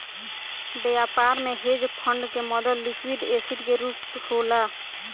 व्यापार में hedge fund के मदद लिक्विड एसिड के रूप होला